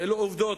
ואלה העובדות: